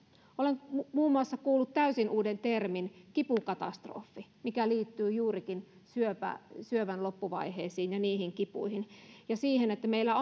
olen muun muassa kuullut täysin uuden termin kipukatastrofi mikä liittyy juurikin syövän syövän loppuvaiheisiin ja niihin kipuihin meillä